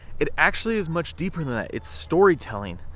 it actually is much deeper than that, it's storytelling,